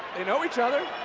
they know each other,